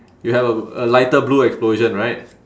you have a a lighter blue explosion right